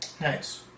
Nice